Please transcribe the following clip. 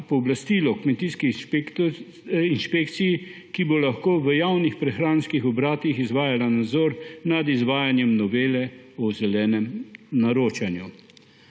pooblastila kmetijski inšpekciji, ki bo lahko v javnih prehranskih obratih izvajala nadzor nad izvajanjem novele o zelenem naročanju.